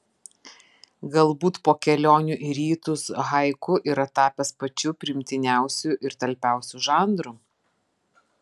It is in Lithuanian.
galbūt po kelionių į rytus haiku yra tapęs pačiu priimtiniausiu ir talpiausiu žanru